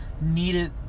needed